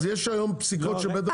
אז יש פסיקות של בית המשפט העליון.